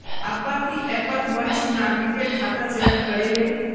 अब्बा ती ऐपत वरिष्ठ नागरिकेर खाता चयन करे ले